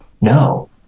no